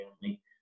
family